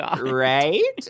Right